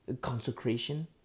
consecration